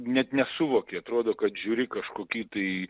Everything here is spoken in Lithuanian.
net nesuvoki atrodo kad žiūri kažkokį tai